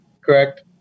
correct